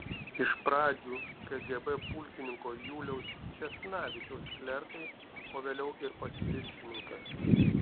iš pradžių kgb pulkininko juliaus česnavičiaus klerkai o vėliau ir pats viršininkas